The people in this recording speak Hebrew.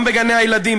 גם בגני-הילדים,